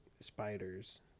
spiders